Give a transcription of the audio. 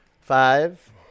Five